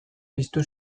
piztu